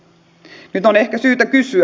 nyt on ehkä syytä kysyä